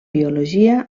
biologia